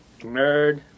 Nerd